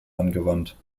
angewandt